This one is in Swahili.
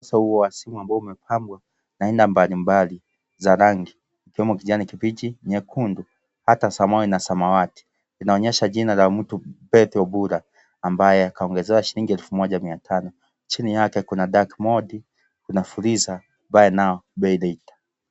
Uso huo wa simu ambao umepambwa na aina mbali mbali vya rangi ikiwemo kijani kibichi, nyekundu hata samawe na samawati. Inaonyesha jina la mtu Beth Obura ambaye kaongezewa shilingi 1500. Chini yake kuna dark mode . Kuna fuliza buy now, pay later .